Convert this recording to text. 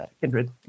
kindred